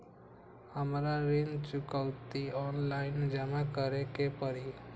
हमरा ऋण चुकौती ऑनलाइन जमा करे के परी?